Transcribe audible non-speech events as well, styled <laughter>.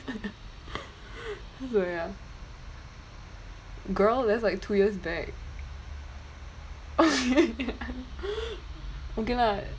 <laughs> so ya girl that's like two years back <laughs> okay lah